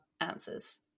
answers